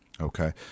Okay